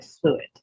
fluid